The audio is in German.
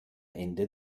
ende